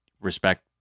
respect